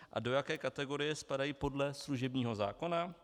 A do jaké kategorie spadají podle služebního zákona?